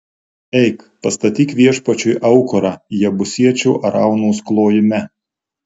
eik pastatyk viešpačiui aukurą jebusiečio araunos klojime